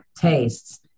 tastes